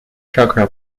chakra